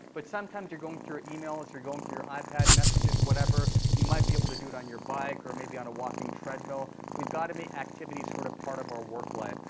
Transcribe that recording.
but sometimes, you're going through your emails. you're going through your ipad messages, whatever. you might be able to do it on your bike or maybe on a walking treadmill. we've got to make activity sort of part of our work life,